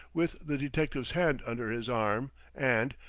with the detective's hand under his arm and,